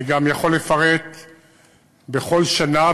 אני גם יכול לפרט ביחס לכל שנה.